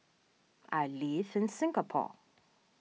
I live in Singapore